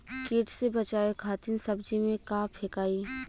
कीट से बचावे खातिन सब्जी में का फेकाई?